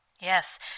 Yes